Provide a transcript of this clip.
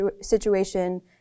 situation